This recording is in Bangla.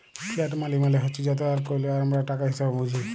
ফিয়াট মালি মালে হছে যত আর কইল যা আমরা টাকা হিসাঁবে বুঝি